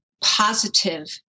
positive